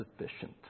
sufficient